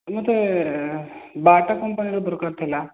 ଏଇ ମୋତେ ବାଟା କମ୍ପାନୀର ଦରକାର ଥିଲା